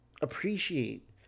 appreciate